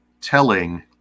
telling